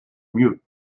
mieux